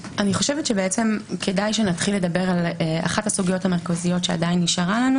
כדאי שנתחיל לדבר על אחת הסוגיות המרכזיות שעדיין נשארה לנו